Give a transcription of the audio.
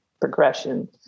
progression